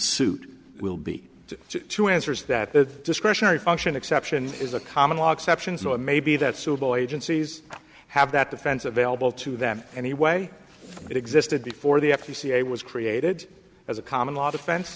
suit will be two answers that the discretionary function exception is a common law exceptions though it may be that so boy agencies have that defense available to them anyway it existed before the f c c a was created as a common law defen